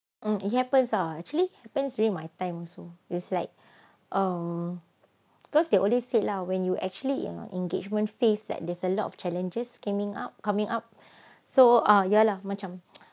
mm it happens ah actually happens during my time also is like oh because they only said lah when you actually in engagement phase that there's a lot of challenges gaming up coming up so ah ya lah macam